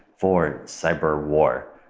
for cyberwar.